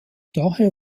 daher